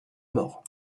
mort